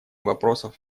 вопросов